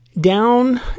Down